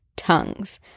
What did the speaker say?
Tongues